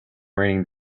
raining